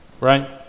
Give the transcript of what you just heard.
Right